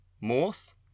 Morse